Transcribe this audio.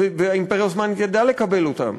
והאימפריה העות'מאנית ידעה לקבל אותם,